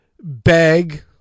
bag